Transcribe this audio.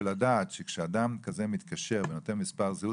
ולדעת שכשאדם כזה מתקשר ונותן מספר זהות,